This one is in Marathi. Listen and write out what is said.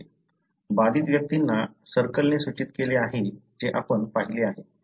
बाधित व्यक्तींना सर्कलने सूचित केले आहे जे आपण पाहिले आहे